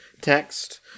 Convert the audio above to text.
text